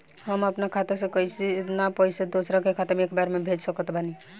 हम अपना खाता से केतना पैसा दोसरा के खाता मे एक बार मे भेज सकत बानी?